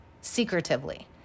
secretively